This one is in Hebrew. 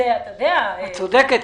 את צודקת.